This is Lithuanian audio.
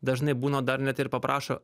dažnai būna dar net ir paprašo